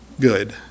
good